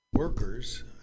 workers